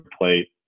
plate